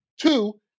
Two